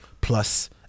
plus